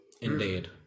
Indeed